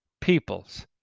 peoples